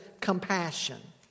compassion